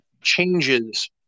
changes